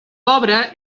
pobre